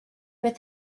but